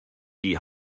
die